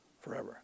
Forever